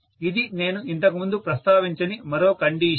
ఇది నేను ఇంతకుముందు ప్రస్తావించని మరో కండిషన్